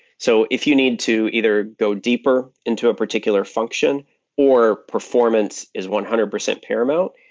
so if you need to either go deeper into a particular function or performance is one hundred percent paramount,